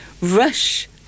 rush